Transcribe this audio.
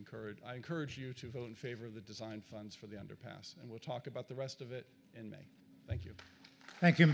encourage i encourage you to vote in favor of the design funds for the underpass and we'll talk about the rest of it in may thank you thank you